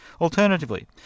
Alternatively